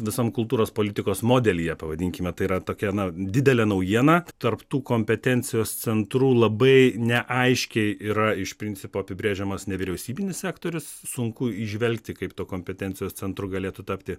visam kultūros politikos modelyje pavadinkime tai yra tokia didelė naujiena tarp tų kompetencijos centrų labai neaiškiai yra iš principo apibrėžiamas nevyriausybinis sektorius sunku įžvelgti kaip tuo kompetencijos centru galėtų tapti